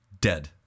dead